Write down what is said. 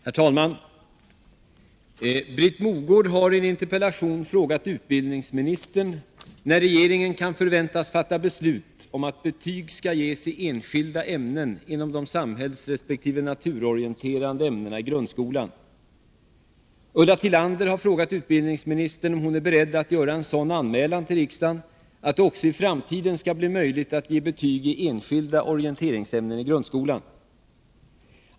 Herr talman! Britt Mogård har i en interpellation frågat utbildningsministern när regeringen kan förväntas fatta beslut om att betyg skall ges i enskilda ämnen inom de samhällsresp. naturorienterande ämnena i grundskolan. Ulla Tillander har frågat utbildningsministern om hon är beredd att göra en sådan anmälan till riksdagen att det också i framtiden skall bli möjligt att ge betyg i enskilda orienteringsämnen i grundskolan.